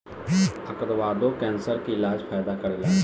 avocado cancer के इलाज में फायदा करेला